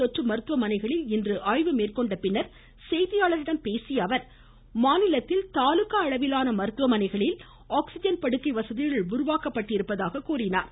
மதுரை மருத்துவமனைகளில் இன்று ஆய்வு மேற்கொண்ட பின்னர் செய்தியாளர்களிடம் பேசிய அவர் மாநிலத்தில் தாலுகா அளவிலான மருத்துவமனைகளிலும் ஆக்சிஜன் படுக்கை வசதிகள் உருவாக்கப்பட்டிருப்பதாக கூறினார்